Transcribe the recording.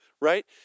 right